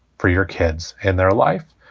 for your kids and their life.